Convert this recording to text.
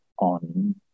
on